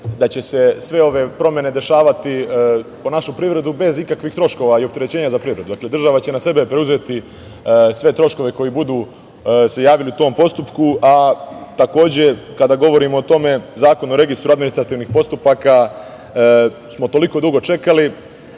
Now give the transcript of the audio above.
da će se sve ove promene dešavati po našu privredu bez ikakvih troškova i opterećenja za privredu. Dakle, država će na sebe preuzeti sve troškove koji se budu javili u tom postupku. Takođe, kada govorimo o tome, Zakon o registru administrativnih postupaka smo toliko dugo čekali.